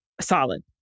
Solid